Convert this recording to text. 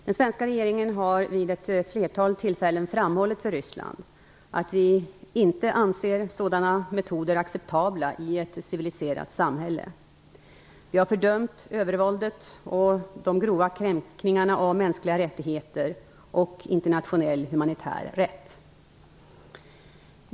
Den svenska regeringen har vid ett flertal tillfällen framhållit för Ryssland att vi inte anser sådana metoder acceptabla i ett civiliserat samhälle. Vi har fördömt övervåldet och de grova kränkningarna av mänskliga rättigheter och internationell humanitär rätt.